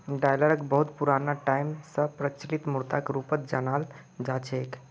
डालरक बहुत पुराना टाइम स प्रचलित मुद्राक रूपत जानाल जा छेक